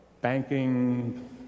Banking